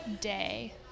day